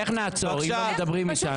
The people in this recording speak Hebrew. איך, איך נעצור אם לא מדברים איתנו?